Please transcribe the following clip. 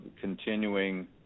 continuing